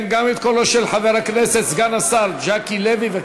גם את קולו של חבר הכנסת סגן השר ז'קי לוי.